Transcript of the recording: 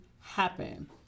happen